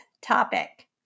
topic